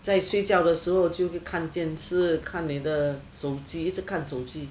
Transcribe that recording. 在睡觉的时候就看电视看你的手机一直看手机